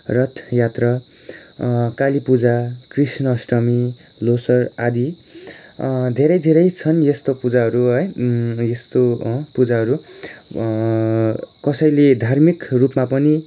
रथ यात्रा काली पूजा कृष्ण अष्टमी ल्होसार आदि धेरै धेरै छन् यस्तो पूजाहरू है यस्तो पूजाहरू कसैले धार्मिक रूपमा पनि